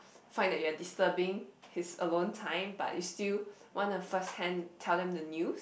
find that you are disturbing his alone time but you still wanna first hand tell them the news